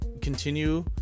continue